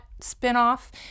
spin-off